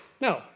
No